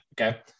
Okay